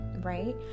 right